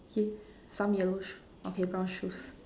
okay some yellow sh~ okay brown shoes